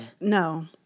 No